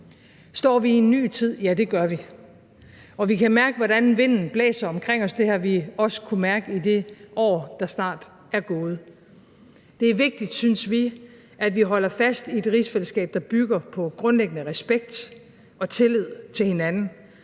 Står vi i en ny tid? Ja, det gør vi. Og vi kan mærke, hvordan vinden blæser omkring os – det har vi også kunnet mærke i det år, der snart er gået. Det er vigtigt, synes vi, at vi holder fast i et rigsfællesskab, der bygger på grundlæggende respekt og tillid til hinanden,